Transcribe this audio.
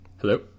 Hello